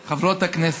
הכנסת, חברות הכנסת,